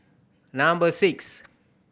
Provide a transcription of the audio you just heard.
number six